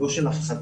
לא של הפחדה.